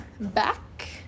back